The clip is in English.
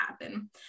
happen